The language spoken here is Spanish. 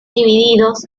divididos